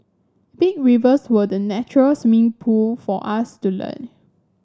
big rivers were the natural swimming pool for us to learn